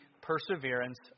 perseverance